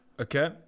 okay